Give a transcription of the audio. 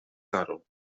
karą